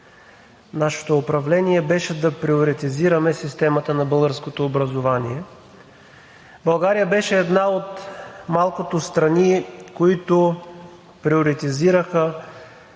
нашето управление, беше да приоритизираме системата на българското образование. България беше една от малкото страни, които приоритизираха